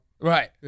Right